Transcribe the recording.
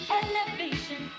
elevation